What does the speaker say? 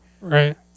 Right